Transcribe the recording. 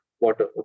water